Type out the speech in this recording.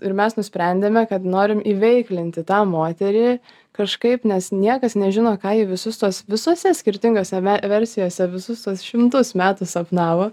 ir mes nusprendėme kad norim įveiklinti tą moterį kažkaip nes niekas nežino ką ji visus tuos visose skirtingose me versijose visus tuos šimtus metų sapnavo